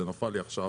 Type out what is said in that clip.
זה נפל לי עכשיו.